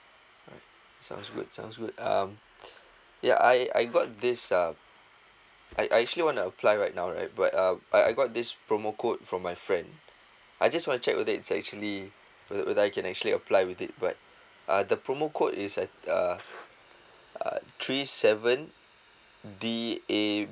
sounds good sounds good um ya I I got this uh I I actually want to apply right now right but uh I I got this promo code from my friend I just want to check whether it's actually whether I can actually apply with it but uh the promo code is at uh uh three seven D A